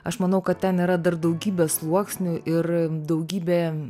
aš manau kad ten yra dar daugybė sluoksnių ir daugybė